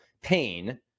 pain